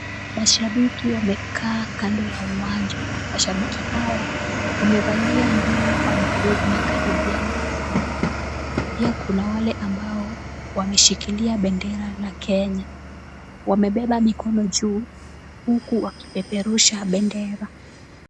Mashabiki wamekaa kando ya uwanja. Mashabiki hawa wamevalia nguo ambazo zinakaribia kufanana. Pia kuna wale ambao wameshikilia bendera la Kenya. Wamebeba mikono juu huku wakipeperusha bendera.